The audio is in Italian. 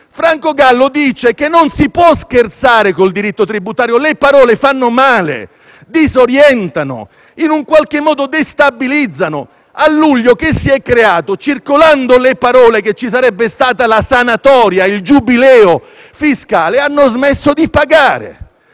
Franco Gallo dice che non si può scherzare col diritto tributario; le parole fanno male, disorientano e in qualche modo destabilizzano. Cosa si è creato a luglio? Circolando la voce che ci sarebbe stata la sanatoria, il giubileo fiscale, la gente ha smesso di pagare